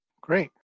Great